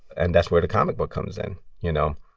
and that's where the comic book comes in, you know?